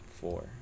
Four